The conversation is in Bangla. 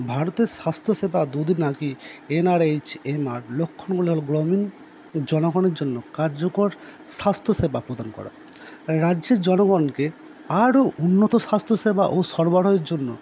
ভারতের স্বাস্থ্যসেবা না কি এন আর এইচ এম আর লক্ষণগুলো জনগণের জন্য কার্যকর স্বাস্থ্যসেবা প্রদান করা রাজ্যের জনগণকে আরও উন্নত স্বাস্থ্যসেবা ও সরবরাহের জন্য